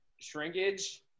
Shrinkage